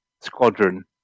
squadron